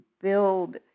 build